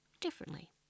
differently